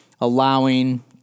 allowing